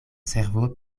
servo